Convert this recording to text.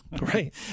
Right